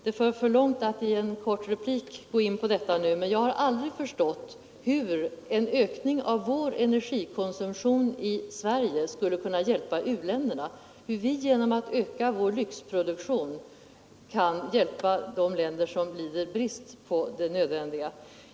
Det för för långt att i en kort replik gå in på den, men jag har aldrig förstått hur en ökning av vår energikonsumtion i Sverige skulle kunna hjälpa u-länderna, hur vi genom att öka vår lyxproduktion kan hjälpa de länder som lider brist på det nödvändiga.